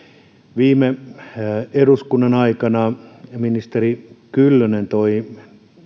viime eduskunnan aikana ministeri kyllönen toi